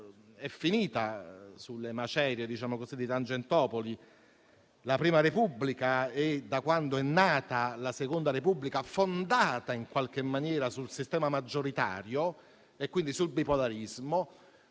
è finita, sulle macerie di Tangentopoli, la prima Repubblica e da quando è nata la seconda Repubblica, fondata in qualche maniera sul sistema maggioritario e quindi sul bipolarismo.